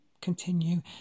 continue